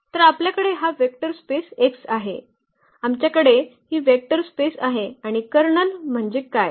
तर आपल्याकडे हा वेक्टर स्पेस X आहे आमच्याकडे ही वेक्टर स्पेस आहे आणि कर्नल म्हणजे काय